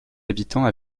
habitants